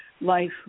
Life